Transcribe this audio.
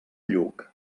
lluc